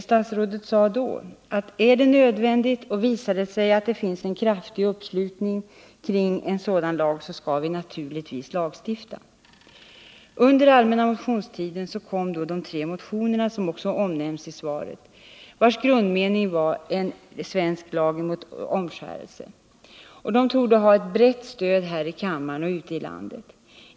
Statsrådet sade då: Ar det nödvändigt och visar det sig att det finns en kraftig uppslutning kring en sådan lag, skall vi naturligtvis lagstifta. Under allmänna motionstiden väcktes de tre motioner som omnämns i svaret. Motionernas grundmening var att vi borde lagstifta mot omskärelse. Dessa motioner torde ha ett brett stöd här i kammaren och ute i landet.